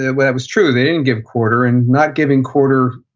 yeah well, that was true, they didn't give quarter. and not giving quarter,